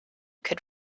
could